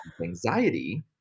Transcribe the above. anxiety